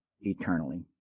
eternally